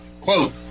quote